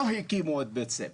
לא הקימו עוד בית ספר.